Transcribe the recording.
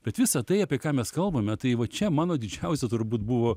bet visa tai apie ką mes kalbame tai va čia mano didžiausia turbūt buvo